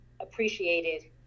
appreciated